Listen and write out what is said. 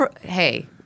hey